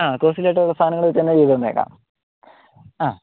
ആ കോസ്റ്റലി ആയിട്ടുള്ള സാധനങ്ങൾ വെച്ച് തന്നെ ചെയ്ത് തന്നേക്കാം അ